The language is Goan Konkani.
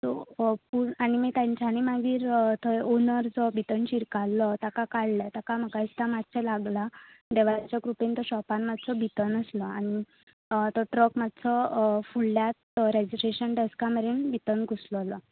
आनी मागीर ताच्यानी मागीर थंय ओनर जो भितर शिरकाल्लो ताका काडले ताका म्हाका दिसता मातशे लागलां देवाच्या कृपेन तो शोपार मातसो भितन आसलो आनी तो ट्रक मातसो फुडल्यान रेजिस्ट्रेशन डेस्का मेरेन भितन घुसलेलो